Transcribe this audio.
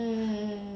mm mm